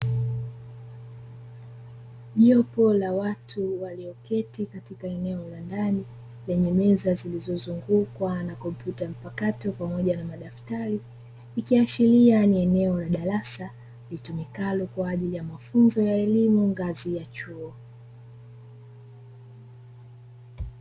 Jopo la watu walioketi katika eneo la ndani lenye meza zilizo zungukwa na kompyuta mpakato pamoja na madaftari, ikiashiria ni eneo la darasa litumikalo kwa ajili ya mafunzo ya elimu ngazi ya chuo.